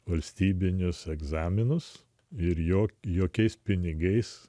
valstybinius egzaminus ir jog jokiais pinigais